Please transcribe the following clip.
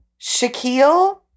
Shaquille